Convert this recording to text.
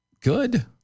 Good